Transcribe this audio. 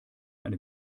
eine